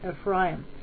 Ephraim